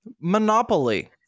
monopoly